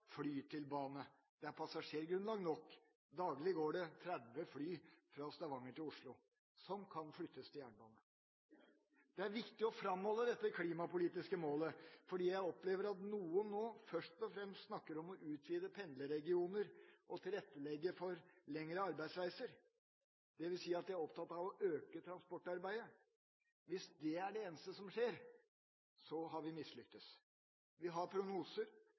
Det er passasjergrunnlag nok. Daglig går det 30 fly fra Stavanger til Oslo – transport som kan flyttes til jernbane. Det er viktig å framholde dette klimapolitiske målet, fordi jeg opplever at noen nå først og fremst snakker om å utvide pendlerregioner og tilrettelegge for lengre arbeidsreiser, dvs. at de er opptatt av å øke transportarbeidet. Hvis det er det eneste som skjer, har vi mislyktes. Vi har prognoser